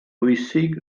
bwysig